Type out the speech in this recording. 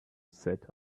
set